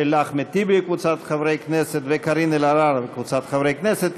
של אחמד טיבי וקבוצת חברי הכנסת ושל קארין אלהרר וקבוצת חברי הכנסת.